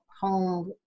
home